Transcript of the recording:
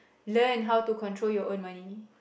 learn how to control your own money